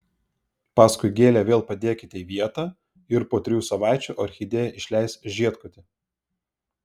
paskui gėlę vėl padėkite į vietą ir po trijų savaičių orchidėja išleis žiedkotį